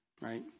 right